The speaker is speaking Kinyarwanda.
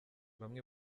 bamwe